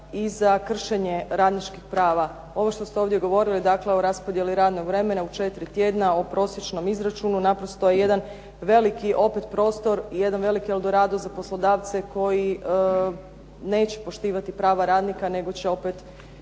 i za kršenje radničkih prava. Ovo što ste ovdje govorili dakle o raspodjeli radnog vremena u četiri tjedana o prosječnom izračunu naprosto je jedan veliki opet prostor i jedan veliki eldorado za poslodavce koji neće poštivati prava radnika nego će opet